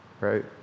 right